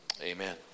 amen